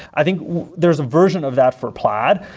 i think there's a version of that for plaid,